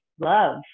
love